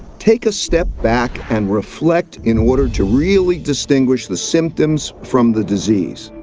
take a step back and reflect in order to really distinguish the symptoms from the disease.